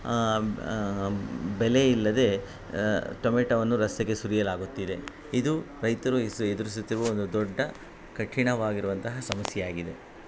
ಬೆಲೆ ಇಲ್ಲದೇ ಟೊಮೇಟೊವನ್ನು ರಸ್ತೆಗೆ ಸುರಿಯಲಾಗುತ್ತಿದೆ ಇದು ರೈತರು ಎದುರಿಸುತ್ತಿರುವ ಒಂದು ದೊಡ್ಡ ಕಠಿಣವಾಗಿರುವಂತಹ ಸಮಸ್ಯೆಯಾಗಿದೆ